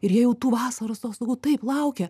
ir jie jau tų vasaros atostogų taip laukia